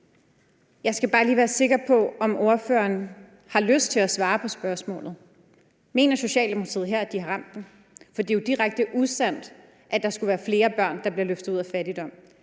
Jeg skal bare lige være sikker på, at ordføreren har lyst til at svare på spørgsmålet. Mener Socialdemokratiet her, at de har ramt den rigtigt? For det er jo direkte usandt, at der skulle være flere børn, der bliver løftet ud af fattigdom.